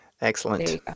excellent